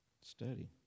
Study